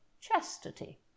chastity